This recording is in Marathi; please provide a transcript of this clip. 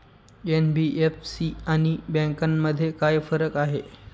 एन.बी.एफ.सी आणि बँकांमध्ये काय फरक आहे?